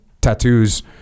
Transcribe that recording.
Tattoos